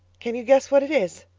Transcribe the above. can you guess what it is?